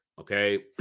okay